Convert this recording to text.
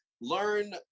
learn